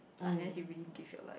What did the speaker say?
unless you really give your life